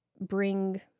bring